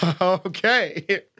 Okay